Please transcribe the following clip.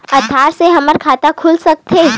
आधार से हमर खाता खुल सकत हे?